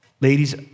Ladies